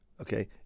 okay